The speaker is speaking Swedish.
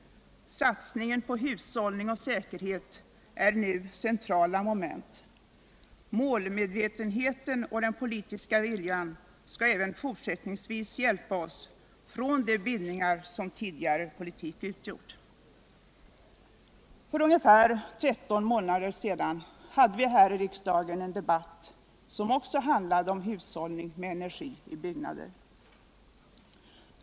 Satsningen på hushållning och säkerhet är nu centrala moment. Målmedvetenheten och den politiska viljan skall även fortsättningsvis hjälpa oss från de bindningar som tidigare politik utgjort. För ungefär 13 månader sedan hade vi här i riksdagen en debatt som också 39 handlade om hushållning med energi i byggnader.